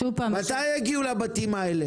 מתי יגיעו לבתים האלה?